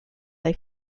they